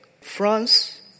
France